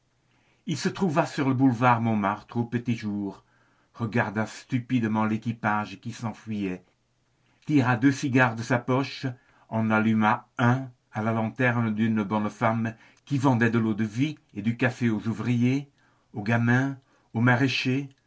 il se trouva sur le boulevard montmartre au petit jour regarda stupidement l'équipage qui s'enfuyait tira deux cigares de sa poche en alluma un à la lanterne d'une bonne femme qui vendait de l'eau-de-vie et du café aux ouvriers aux gamins aux maraîchers